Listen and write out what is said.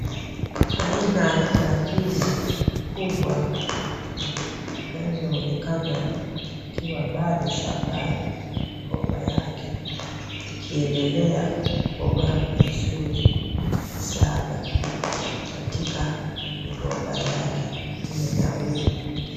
Aina ya ndizi kubwa zinazoonekana zikiwa bado shambani kwa migomba yake ikiendelea kukomaa vizuri sana katika migomba yake iliyonawiri.